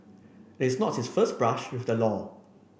this not his first brush with the law